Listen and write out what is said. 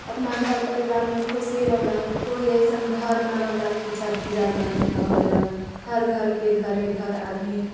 अपना घर परिवारमे खुशी रहलक कोइ अइसन घर नहि रहलक कि छठि पूजा घरमे नहि होयलक हर घरके घरे घर आदमी